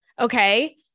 okay